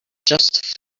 just